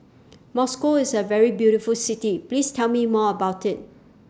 Moscow IS A very beautiful City Please Tell Me More about IT